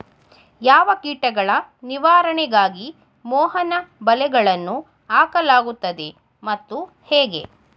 ಯಾವ ಕೀಟಗಳ ನಿವಾರಣೆಗಾಗಿ ಮೋಹನ ಬಲೆಗಳನ್ನು ಹಾಕಲಾಗುತ್ತದೆ ಮತ್ತು ಹೇಗೆ?